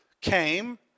came